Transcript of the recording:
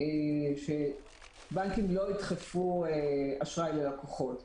שבנקים לא ידחפו אשראי ללקוחות.